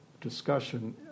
discussion